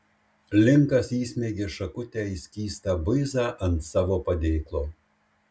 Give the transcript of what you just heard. linkas įsmeigė šakutę į skystą buizą ant savo padėklo